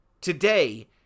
today